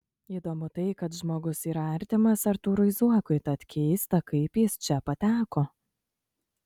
įdomu tai kad žmogus yra artimas artūrui zuokui tad keista kaip jis čia pateko